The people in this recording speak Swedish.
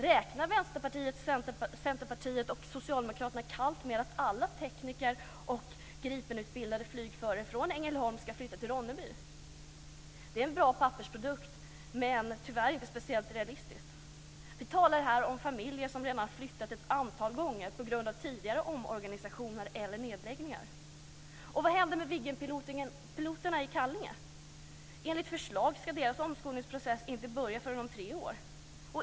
Räknar Vänsterpartiet, Centerpartiet och Socialdemokraterna kallt med att alla tekniker och Gripenutbildade flygförare från Ängelholm ska flytta till Ronneby? Det är en bra pappersprodukt men tyvärr inte speciellt realistiskt. Vi talar här om familjer som redan har flyttat ett antal gånger på grund av tidigare omorganisationer eller nedläggningar. Vad händer med Viggenpiloterna i Kallinge? Enligt ett förslag ska deras omskolningsprocess inte börja förrän om tre år.